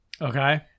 Okay